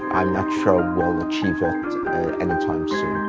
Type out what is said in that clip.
i'm not sure we'll achieve it any time soon.